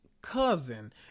cousin